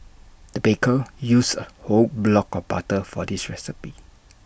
the baker used A whole block of butter for this recipe